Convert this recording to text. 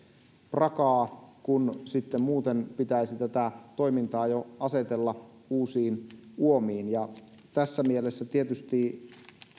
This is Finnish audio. prakaa kun sitten muuten pitäisi tätä toimintaa jo asetella uusiin uomiin ja tässä mielessä tietysti